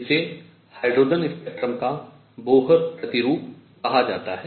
जिसे hydrogen spectrum का Bohr प्रतिरूप मॉडल कहा जाता है